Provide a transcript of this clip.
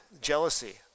jealousy